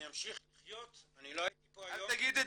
אמשיך לחיות אני לא הייתי פה היום -- אל תגיד את